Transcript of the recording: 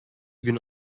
günü